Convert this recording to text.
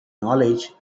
knowledge